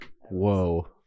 whoa